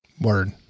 word